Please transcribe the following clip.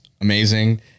amazing